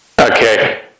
Okay